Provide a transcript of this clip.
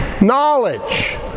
knowledge